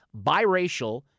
biracial